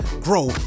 grow